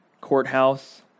courthouse